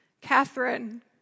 Catherine